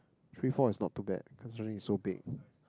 three four is not too bad considering it's so big